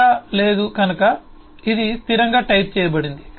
data లేదు మరియు కనుక ఇది స్థిరంగా టైప్ చేయబడింది